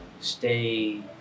stay